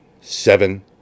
seven